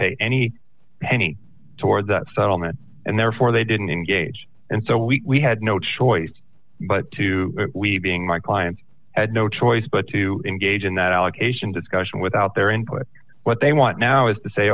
pay any penny toward that settlement and therefore they didn't engage and so we had no choice but to we being my client had no choice but to engage in that allocation discussion without their input what they want now is to say